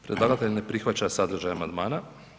Predlagatelj ne prihvaća sadržaj amandmana.